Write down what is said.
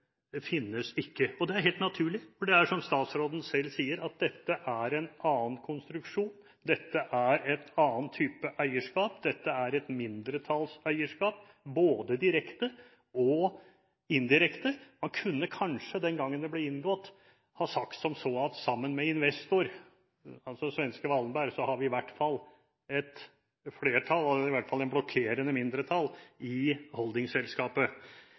ikke finnes. Det er helt naturlig, for det er som statsråden sier, at dette er en annen konstruksjon, dette er en annen type eierskap, dette er et mindretallseierskap både direkte og indirekte. Han kunne kanskje den gangen det ble inngått, sagt at sammen med investor, altså svenske Wallenberg, har vi i hvert fall et blokkerende mindretall i holdingselskapet. Det har man heller ikke lenger – de hadde dette som en